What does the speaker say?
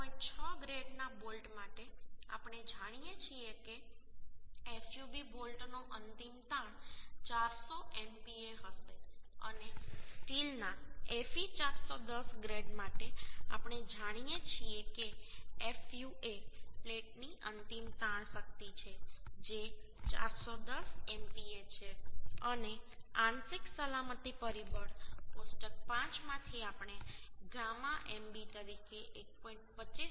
6 ગ્રેડના બોલ્ટ માટે આપણે જાણીએ છીએ કે fub બોલ્ટનો અંતિમ તાણ 400MPa હશે અને સ્ટીલ ના Fe 410 ગ્રેડ માટે આપણે જાણીએ છીએ કે fu એ પ્લેટની અંતિમ તાણ શક્તિ છે જે 410MPa છે અને આંશિક સલામતી પરિબળ કોષ્ટક 5 માંથી આપણે γ mb તરીકે 1